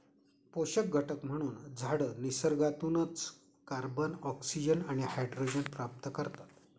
पोषक घटक म्हणून झाडं निसर्गातूनच कार्बन, ऑक्सिजन आणि हायड्रोजन प्राप्त करतात